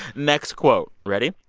next quote ready?